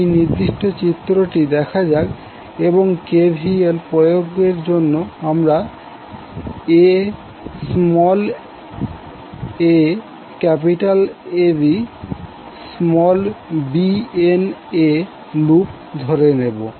এই নির্দিষ্ট চিত্রটি দেখা যাক এবং KVL প্রয়োগের জন্য আমরা aABbnaলুপ ধরে নেবো